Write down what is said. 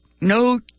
no